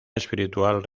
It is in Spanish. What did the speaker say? espiritual